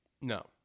No